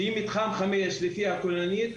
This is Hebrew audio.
שהיא מתחם חמש לפי הכוללנית,